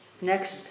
next